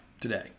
today